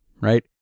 right